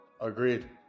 Agreed